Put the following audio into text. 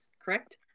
correct